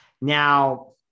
Now